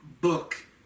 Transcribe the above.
book